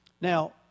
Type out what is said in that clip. Now